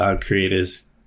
creators